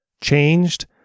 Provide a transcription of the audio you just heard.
changed